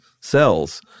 cells